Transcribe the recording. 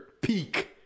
peak